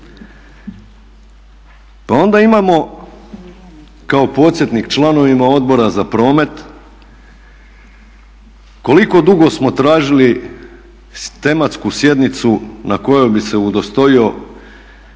Pa onda imamo kao podsjetnik članovima Odbora za promet koliko dugo smo tražili tematsku sjednicu na kojoj bi se udostojio